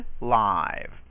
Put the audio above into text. live